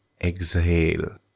exhale